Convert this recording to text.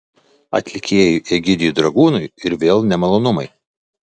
atlikėjui egidijui dragūnui ir vėl nemalonumai